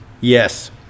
Yes